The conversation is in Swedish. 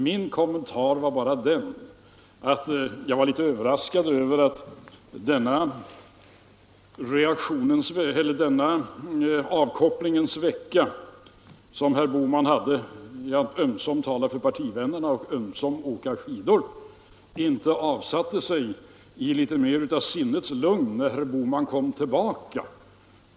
Min kommentar var bara den att jag var litet överraskad över att den avkopplingens vecka som herr Bohman hade genom att ömsom tala för partivännerna och ömsom åka skidor inte avsatte något resultat i form av sinnets lugn när han kom tillbaka.